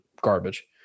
garbage